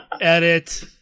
Edit